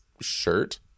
shirt